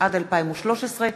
התשע"ד 2013,